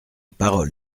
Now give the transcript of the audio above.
parole